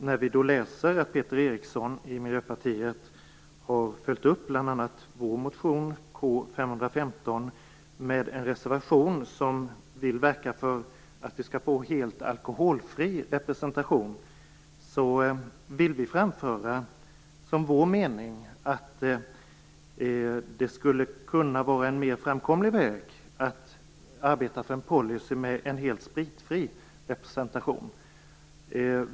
När vi då läser att Peter Eriksson från Miljöpartiet har följt upp bl.a. vår motion K515 med en reservation som vill verka för att vi skall få helt alkoholfri representation vill vi som vår mening framföra att det skulle kunna vara en mer framkomlig väg att arbeta för en policy med helt spritfri representation.